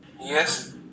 Yes